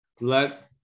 Let